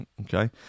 Okay